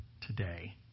today